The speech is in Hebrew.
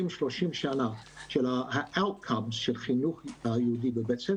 לפני 30-20 שנה של חינוך יהודי בבית ספר